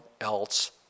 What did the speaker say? else